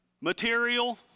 material